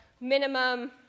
minimum